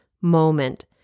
moment